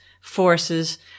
forces